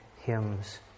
hymns